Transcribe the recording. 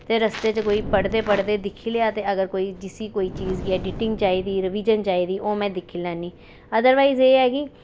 ते रस्ते च कोई पढ़दे पढ़दे दिक्खी लेआ ते अगर कोई जिसी कोई चीज़ गी एडिटिंग चाहिदी रिवीजन चाहिदी ओह् में दिक्खी लैन्नी अदरवाइज एह् ऐ कि